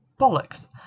bollocks